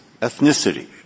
ethnicity